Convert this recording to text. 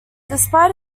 despite